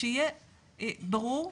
שיהיה ברור,